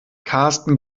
karsten